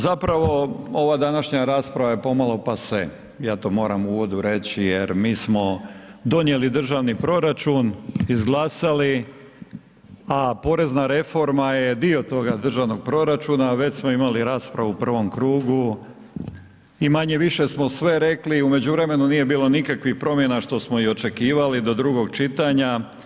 Zapravo ova današnja rasprave je pomalo pase, ja to moram u uvodu reći jer mi smo donijeli državni proračun, izglasali, a porezna reforma je dio toga državnog proračuna, a već smo imali raspravu u prvom krugu i manje-više smo sve rekli i u međuvremenu nije bilo nikakvih promjena što smo i očekivali do drugog čitanja.